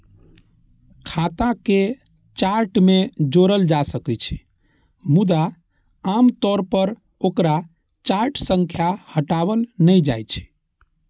खाता कें चार्ट मे जोड़ल जा सकै छै, मुदा आम तौर पर ओकरा चार्ट सं हटाओल नहि जाइ छै